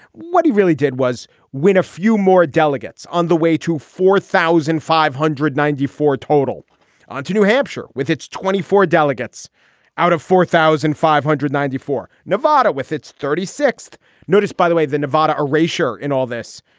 what he really did was win a few more delegates on the way to four thousand five hundred ninety four total on to new hampshire with its twenty four delegates out of four thousand five hundred ninety four. nevada with its thirty sixth noticed, by the way, the nevada a ratio in all this.